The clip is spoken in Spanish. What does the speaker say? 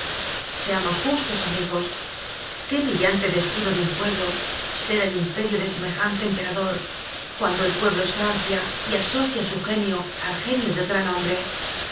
seamos justos amigos qué brillante destino de un pueblo ser el imperio de semejante emperador cuando el pueblo es francia y asocia su genio al genio del gran hombre